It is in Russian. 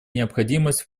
необходимость